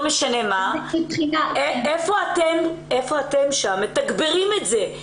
איפה שם אתם מתגברים את זה?